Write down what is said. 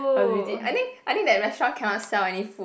must visit I think I think that restaurant cannot sell any food